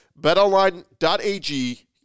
BetOnline.ag